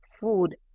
food